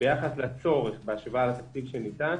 ביחס לצורך בהשוואה לתקציב שניתן,